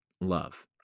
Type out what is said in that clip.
love